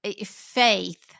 faith